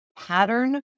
pattern